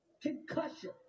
Concussion